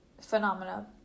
phenomena